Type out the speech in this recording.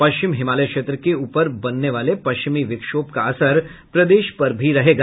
पश्चिम हिमालय क्षेत्र के ऊपर बनने वाले पश्चिमी विक्षोभ का असर प्रदेश पर भी रहेगा